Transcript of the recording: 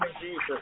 Jesus